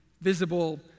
visible